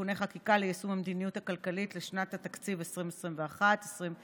(תיקוני חקיקה ליישום המדיניות הכלכלית לשנות התקציב 2021 ו-2022)